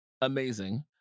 Amazing